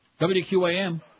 WQAM